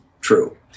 true